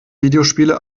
videospiele